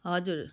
हजुर